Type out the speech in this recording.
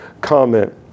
comment